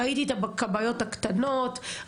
ראיתי את הכבאיות הקטנות,